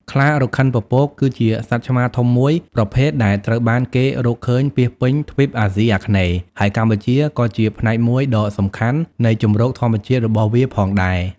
ខ្លារខិនពពក គឺជាសត្វឆ្មាធំមួយប្រភេទដែលត្រូវបានគេរកឃើញពាសពេញទ្វីបអាស៊ីអាគ្នេយ៍ ហើយកម្ពុជាក៏ជាផ្នែកមួយដ៏សំខាន់នៃជម្រកធម្មជាតិរបស់វាផងដែរ។